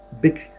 big